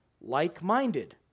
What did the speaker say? like-minded